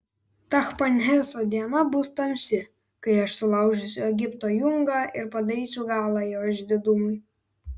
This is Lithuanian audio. tachpanheso diena bus tamsi kai aš sulaužysiu egipto jungą ir padarysiu galą jo išdidumui